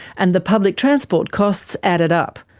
and the public transport costs added up.